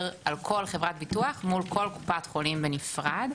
על כל חברת ביטוח מול כל קופת חולים בנפרד,